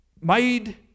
made